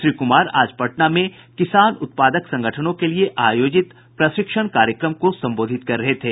श्री कुमार आज पटना में किसान उत्पादक संगठनों के लिए आयोजित प्रशिक्षण कार्यक्रम को संबोधित कर रहे थे